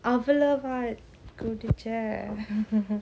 அவ்ளோவாகுடிச்சா:avlova kudicha